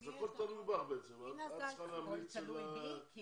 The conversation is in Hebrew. אז הכול תלוי בך בעצם, את צריכה להמליץ על הדברים.